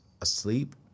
asleep